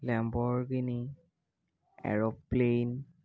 Lamborghini aero plane